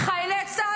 את מדברת על חיילי צה"ל.